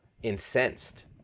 incensed